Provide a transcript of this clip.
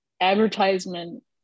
advertisement